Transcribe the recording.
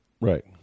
Right